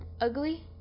ugly